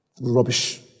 rubbish